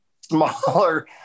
smaller